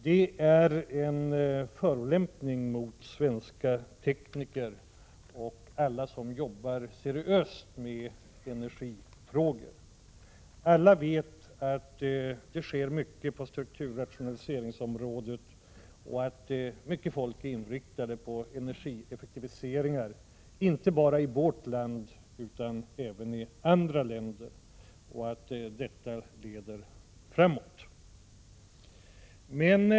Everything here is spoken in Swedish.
Detta påstående är en förolämpning mot svenska tekniker och alla andra som jobbar seriöst med energifrågor. Alla vet att det är mycket som sker på strukturrationaliseringsområdet och att många människor och företag är inriktade på energieffektiviseringar, inte bära i vårt land utan även i andra länder. Detta leder utvecklingen framåt.